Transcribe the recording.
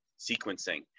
sequencing